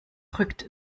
rückt